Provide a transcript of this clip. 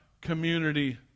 Community